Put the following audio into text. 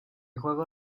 juego